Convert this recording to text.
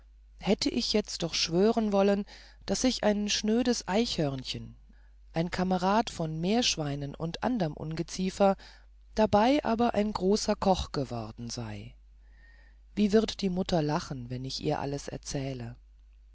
hätte ich jetzt doch schwören wollen daß ich ein schnödes eichhörnchen ein kamerade von meerschweinen und anderem ungeziefer dabei aber ein großer koch geworden sei wie wird die mutter lachen wenn ich ihr alles erzähle